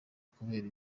kubera